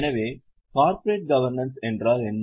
எனவே corporate governance என்றால் என்ன